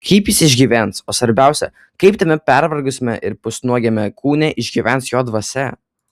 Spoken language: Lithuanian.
kaip jis išgyvens o svarbiausia kaip tame pervargusiame ir pusnuogiame kūne išgyvens jo dvasia